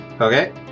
Okay